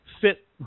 fit